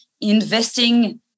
investing